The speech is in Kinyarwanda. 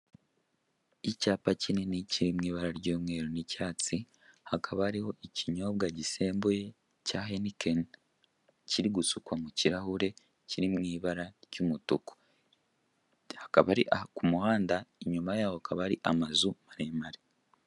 Icyapa kinini kiri mu ibara ry'umweru n'icyatsi, hakaba hariho ikinyobwa gisembuye cya henikeni, kiri gusukwa mu kirahuri kiri mu ibara ry'umutuku; hakaba ari ku muhanda, inyuma yaho hakaba hari amazu maremare.